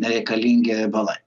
nereikalingi riebalai